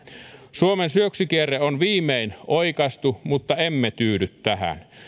suomen syöksykierre on viimein oikaistu mutta emme tyydy tähän